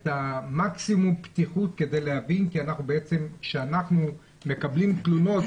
את מקסימום הפתיחות להבין כי כשאנחנו מקבלים תלונות,